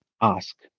ask